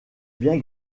bien